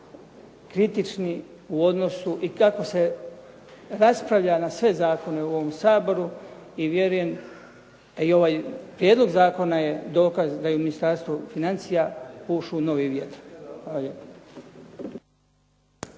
kritični u odnosu i kako se raspravlja na sve zakone u ovom Saboru i vjerujem, a i ovaj prijedlog zakona je dokaz da i u Ministarstvu financija pušu novi vjetar.